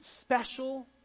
special